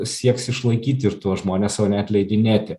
sieks išlaikyti ir tuos žmones o neatleidinėti